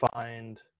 find